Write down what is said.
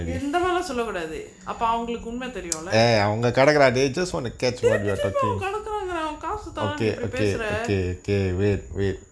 இந்த மாரிலா சொல்ல கூடாது அப்ப அவங்களுக்கு உண்ம தெரியுல திருப்பி திருப்பி அவங்க கிடைக்குறாங்க அவன் காசு தரானு இப்புடி பேசுற:intha maarilaa solla koodathu appe avangaluku unma theriyula thirupi thirupi avanga kidaikuraangura avan kaasu taraanu ippudi pesura